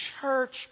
church